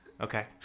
Okay